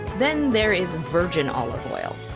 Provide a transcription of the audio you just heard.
then there is virgin olive oil.